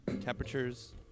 temperatures